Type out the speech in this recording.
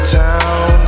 town